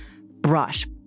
brush